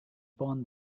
born